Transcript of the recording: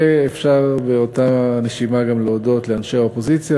ואפשר באותה נשימה גם להודות לאנשי האופוזיציה